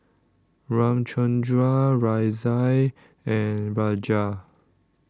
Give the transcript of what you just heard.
Ramchundra Razia and Raja